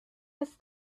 has